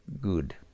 good